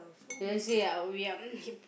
Thursday ah we are